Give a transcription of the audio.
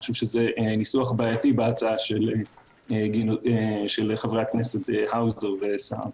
אני חושב שזה ניסוח בעייתי בהצעה של חברי הכנסת האוזר וסער.